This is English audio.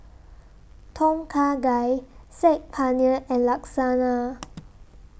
Tom Kha Gai Saag Paneer and Lasagna